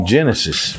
Genesis